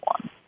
one